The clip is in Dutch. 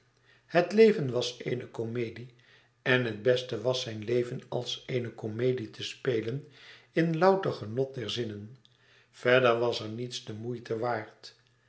het leven was eene comedie en het beste was zijn leven als eene comedie te spelen in louter genot der zinnen verder was er niets de moeite waard